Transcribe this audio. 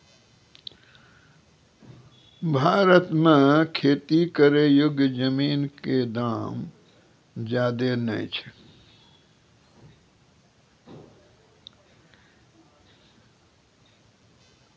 भारत मॅ खेती करै योग्य जमीन कॅ दाम ज्यादा नय छै